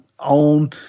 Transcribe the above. own